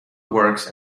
works